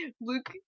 Luke